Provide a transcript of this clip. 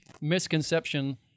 misconception